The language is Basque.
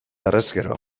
harrezkero